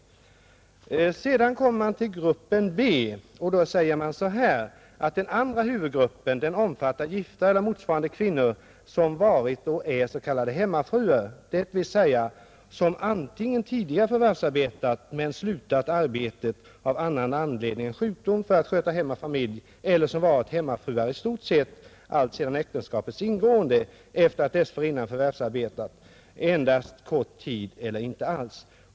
Så kommer man till den andra huvudgruppen, gifta eller motsvarande kvinnor som varit och är s.k. hemmafruar, dvs. som antingen tidigare förvärvsarbetat men slutat arbetet av annan anledning än sjukdom för att sköta hem och familj, eller som varit hemmafruar i stort sett alltsedan äktenskapets ingående efter att dessförinnan förvärvsarbetat endast kort tid eller inte alls.